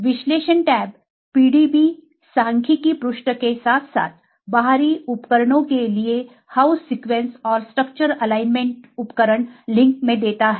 विश्लेषण tab PDB सांख्यिकी पृष्ठ के साथ साथ बाहरी उपकरणों के लिए हाउस सीक्वेंस और स्ट्रक्चर एलाइनमेंट उपकरण लिंक में देता है